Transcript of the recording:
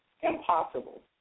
impossible